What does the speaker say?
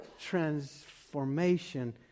transformation